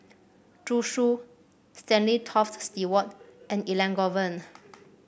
Zhu Xu Stanley Toft Stewart and Elangovan